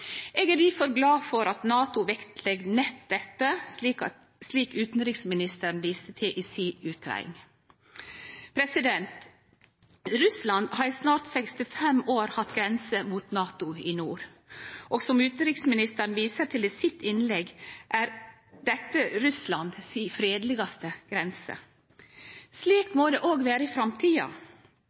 Eg er difor glad for at NATO vektlegg nett dette, slik utanriksministeren viste til i si utgreiing. Russland har i snart 65 år hatt grense mot NATO i nord. Som utanriksministeren viser til i sitt innlegg, er dette Russland si mest fredelege grense. Slik må det òg vere i framtida.